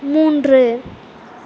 மூன்று